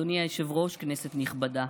אדוני היושב-ראש, כנסת נכבדה,